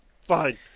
fine